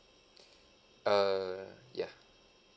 err ya